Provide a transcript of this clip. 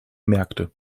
märkte